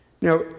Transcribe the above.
Now